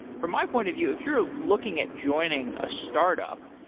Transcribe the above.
from my point of view, if you're looking at joining a startup,